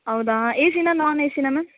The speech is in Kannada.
ಹೌದಾ ಎ ಸಿನಾ ನೋನ್ ಎ ಸಿನಾ ಮ್ಯಾಮ್